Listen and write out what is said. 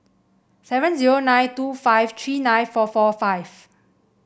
seven zero nine two five three nine four four five